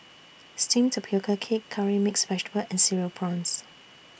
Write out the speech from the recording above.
Steamed Tapioca Cake Curry Mixed Vegetable and Cereal Prawns